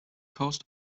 coast